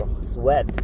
sweat